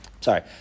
Sorry